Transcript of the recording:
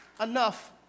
enough